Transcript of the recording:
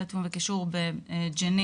מינהלת תיאום וקישור בג'נין,